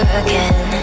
again